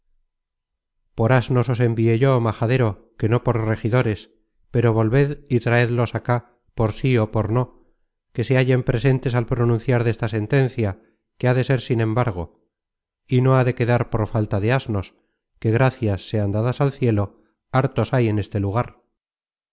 paseandose por asnos os envié yo majadero que no por regidores pero volved y traedlos acá por sí ó por no que se hallen presentes al pronunciar desta sentencia que ha de ser sin embargo y no ha de quedar por falta de asnos que gracias sean dadas al cielo hartos hay en este lugar